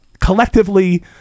collectively